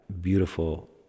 beautiful